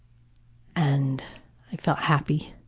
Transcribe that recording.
and i felt happy,